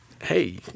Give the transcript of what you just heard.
hey